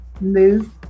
move